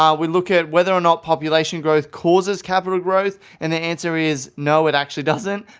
um we look at whether or not population growth causes capital growth and the answer is, no, it actually doesn't,